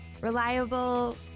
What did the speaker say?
reliable